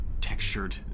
textured